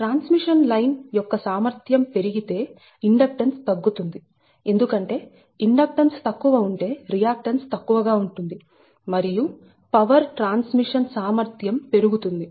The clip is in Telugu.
ట్రాన్స్మిషన్ లైన్ యొక్క సామర్థ్యం పెరిగి తే ఇండక్టెన్స్ తగ్గుతుంది ఎందుకంటే ఇండక్టెన్స్ తక్కువ ఉంటే రియాక్టన్స్ తక్కువగా ఉంటుంది మరియు పవర్ ట్రాన్స్మిషన్ సామర్థ్యం పెరుగుతుంది